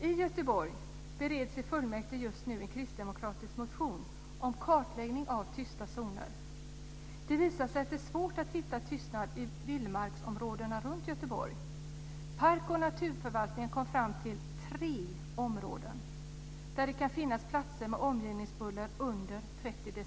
I Göteborg bereds i fullmäktige just nu en kristdemokratisk motion om kartläggning av tysta zoner. Det visar sig att det är svårt att hitta tystnad i vildmarksområdena runt Göteborg. Park och naturförvaltningen kom framtill tre områden där det kan finnas platser med omgivningsbuller under 30 dB.